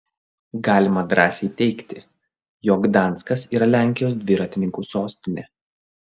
galima drąsiai teigti jog gdanskas yra lenkijos dviratininkų sostinė